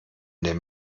den